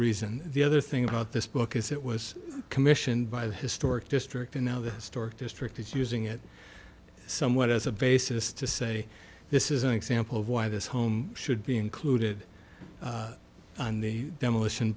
reason the other thing about this book is it was commissioned by the historic district and now the stork district is using it somewhat as a basis to say this is an example of why this home should be included on the demolition